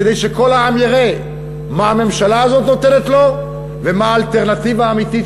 כדי שכל העם יראה מה הממשלה הזאת נותנת לו ומה האלטרנטיבה האמיתית,